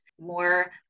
more